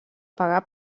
pagar